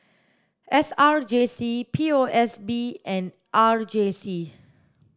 S R J C P O S B and R J C